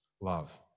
love